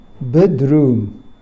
bedroom